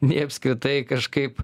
nei apskritai kažkaip